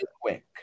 quick